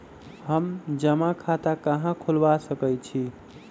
हम जमा खाता कहां खुलवा सकई छी?